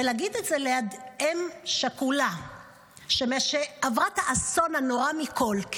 להגיד את זה ליד אם שכולה שעברה את האסון הנורא מכול,